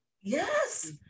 yes